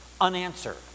unanswered